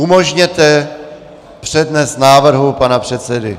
Umožněte přednes návrhu pana předsedy.